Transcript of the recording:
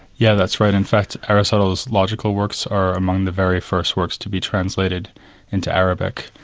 yeah that's right. in fact aristotle's logical works are among the very first works to be translated into arabic.